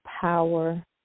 power